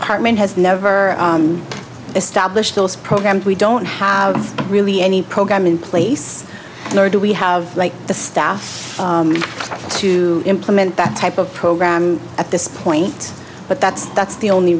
department has never established those programs we don't have really any program in place nor do we have the staff to implement that type of program at this point but that's that's the only